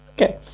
okay